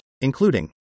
including